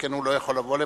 שכן הוא לא יכול לבוא לפה.